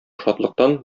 шатлыктан